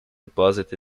deposit